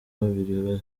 babiri